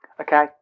Okay